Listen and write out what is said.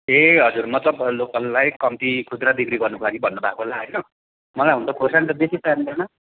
ए हजुर मतलब लोकललाई कम्ती खुजुरा बिक्री गर्नुको लागि भन्नुभएको होला होइन मलाई हुनु त खोर्सानी बेसी चाहिँदैन